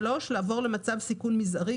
(3) לעבור למצב סיכון מזערי,